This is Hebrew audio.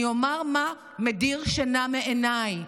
אני אומר מה מדיר שינה מעיניי.